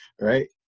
right